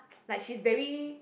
like she's very